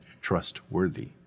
trustworthy